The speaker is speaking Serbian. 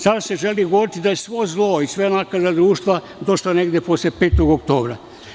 Sada se želi govoriti da je svo zlo i sve nakarade društva došle negde posle 5. oktobra.